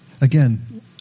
again